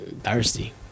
Thirsty